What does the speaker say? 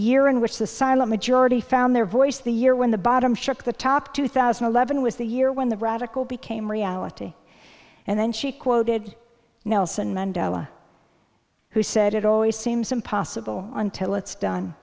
year in which the silent majority found their voice the year when the bottom shook the top two thousand and eleven was the year when the radical became reality and then she quoted nelson mandela who said it always seems impossible until it's done